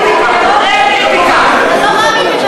גם את הקריאות להפסקת התיאום הביטחוני בין